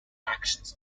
actions